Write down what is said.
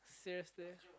seriously